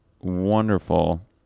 wonderful